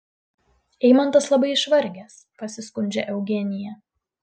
eimantas labai išvargęs pasiskundžia eugenija